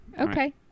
okay